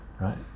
right